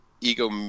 ego